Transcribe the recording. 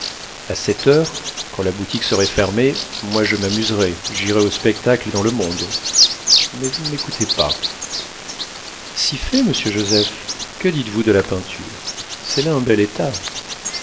a sept heures quand la boutique serait fermée moi je m'amuserais j'irais au spectacle et dans le monde mais vous ne m'écoutez pas si fait monsieur joseph que dites-vous de la peinture c'est là un bel état